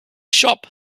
shop